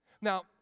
Now